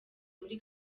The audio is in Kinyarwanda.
muri